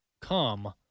come